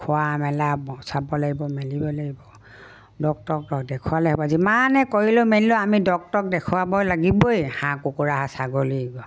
খোৱা মেলা চাব লাগিব মেলিব লাগিব ডক্তৰক দেখুৱালে হ'ব যিমানে কৰিলে মেলিলেও আমি ডক্তৰক দেখুৱাব লাগিবই হাঁহ কুকুৰা ছাগলী